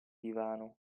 divano